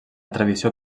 tradició